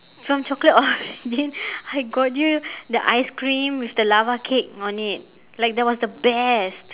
from chocolate origin I got you the ice cream with the lava cake on it like that was the best